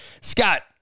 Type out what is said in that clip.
Scott